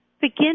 Begin